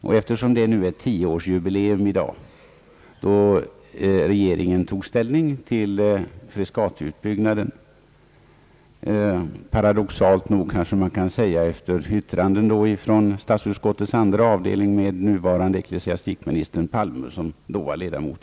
Det är i dag 10-årsjubileum sedan regeringen tog ställning till Frescatiutbyggnaden, kanske man kan säga, efter yttrande från statsutskottets andra avdelning där paradoxalt nog, nuvarande =utbildningsminister Palme då var ledamot.